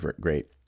great